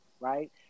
right